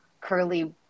curly